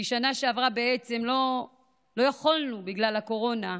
כי בשנה שעברה בעצם לא יכולנו בגלל הקורונה,